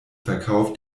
verkauf